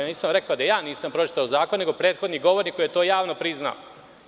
Ja nisam rekao da ja nisam pročitao zakon, nego prethodni govornik koji je to javno priznao.